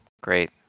Great